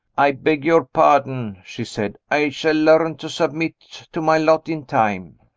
i beg your pardon, she said i shall learn to submit to my lot in time.